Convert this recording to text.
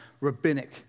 rabbinic